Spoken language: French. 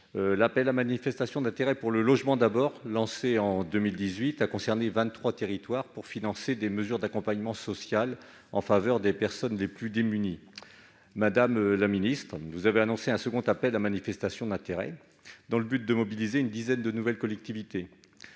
L'appel à manifestation d'intérêt pour le logement d'abord, lancé en 2018, a concerné vingt-trois territoires, en vue de financer des mesures d'accompagnement social des personnes les plus démunies. Madame la ministre, vous avez annoncé un second appel à manifestation d'intérêt dans le but de mobiliser une dizaine de nouvelles collectivités.